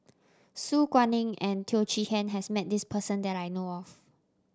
Su Guaning and Teo Chee Hean has met this person that I know of